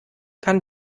kann